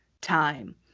time